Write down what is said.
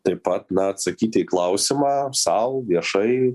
taip pat na atsakyti į klausimą sau viešai